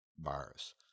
virus